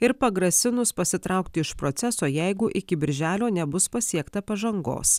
ir pagrasinus pasitraukti iš proceso jeigu iki birželio nebus pasiekta pažangos